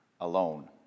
alone